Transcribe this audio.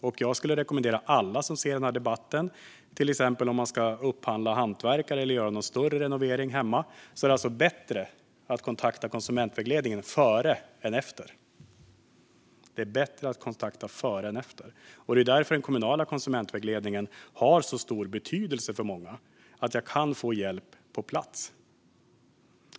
Jag skulle vilja rekommendera alla som lyssnar på den här debatten och som till exempel ska upphandla hantverkare eller göra någon större renovering hemma att kontakta konsumentvägledningen - och att göra det före hellre än efter. Det är alltså bättre att kontakta den före än efter. Den kommunala konsumentvägledningen har stor betydelse för många i och med att man kan få hjälp på plats.